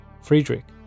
Friedrich